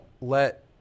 let